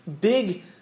big